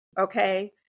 okay